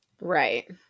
Right